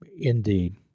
Indeed